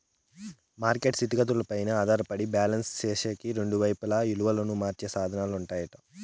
market స్థితిగతులపైనే ఆధారపడి balance సేసేకి రెండు వైపులా ఇలువను మార్చే సాధనాలుంటాయట